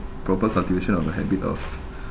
proper cultivation of the habit of